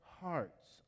hearts